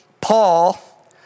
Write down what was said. Paul